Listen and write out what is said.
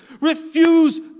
Refuse